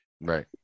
right